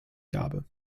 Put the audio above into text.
gabe